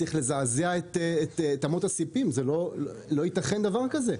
צריך לזעזע את אמות הספים, זה לא ייתכן דבר כזה,